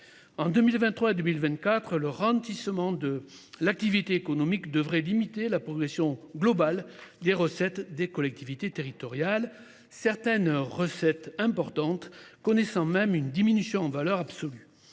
En 2023 et 2024, le ralentissement de l’activité économique devrait limiter la progression globale des recettes des collectivités territoriales, certaines recettes importantes connaissant même une diminution en valeur absolue.